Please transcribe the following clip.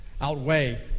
outweigh